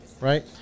right